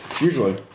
Usually